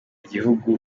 gihugu